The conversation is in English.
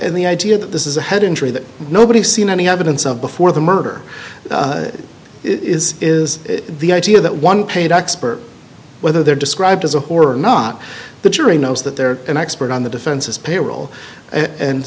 and the idea that this is a head injury that nobody has seen any evidence of before the murder is is the idea that one paid expert whether they're described as a whore or not the jury knows that they're an expert on the defense's payroll and